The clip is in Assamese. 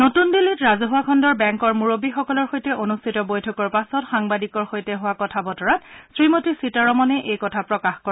নতুন দিল্লীত ৰাজহুৱা খণ্ডৰ বেংকৰ মূৰববীসকলৰ সৈতে অনুষ্ঠিত বৈঠকৰ পাছত সাংবাদিকৰ সৈতে হোৱা কথা বতৰাত শ্ৰীমতী সীতাৰমণে এই কথা প্ৰকাশ কৰে